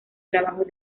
trabajos